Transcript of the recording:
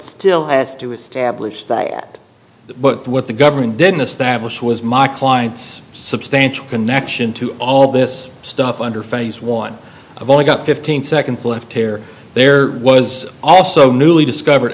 still has to establish that but what the government didn't establish was my client's substantial connection to all this stuff under phase one of only got fifteen seconds left here there was also newly discovered